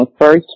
first